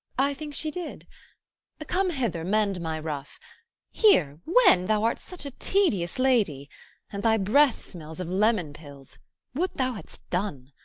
i think she did come hither, mend my ruff here, when? thou art such a tedious lady and thy breath smells of lemon-pills would thou hadst done!